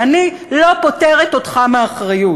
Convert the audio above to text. ואני לא פוטרת אותך מאחריות.